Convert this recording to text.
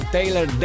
Taylor